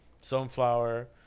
Sunflower